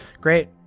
Great